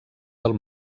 del